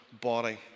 body